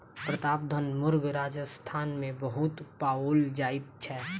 प्रतापधन मुर्ग राजस्थान मे बहुत पाओल जाइत छै